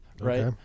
right